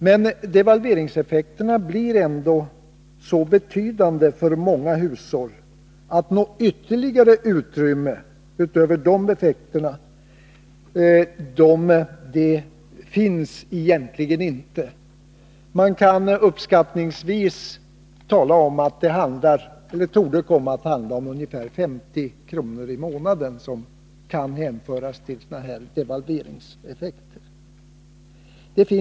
Men devalveringseffekterna blir ändå så betydande för många hushåll att något ytterligare utrymme utöver de effekterna egentligen inte finns. Man kan uppskattningsvis tala om att det torde komma att handla om ungefär 50 kr. i månaden som kan hänföras till s.k. devalveringseffekter.